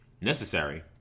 necessary